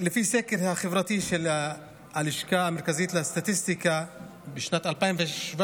לפי הסקר החברתי של הלשכה המרכזית לסטטיסטיקה בשנת 2017,